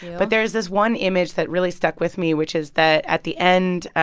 but there is this one image that really stuck with me, which is that, at the end,